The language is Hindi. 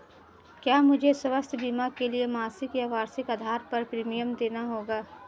क्या मुझे स्वास्थ्य बीमा के लिए मासिक या वार्षिक आधार पर प्रीमियम देना होगा?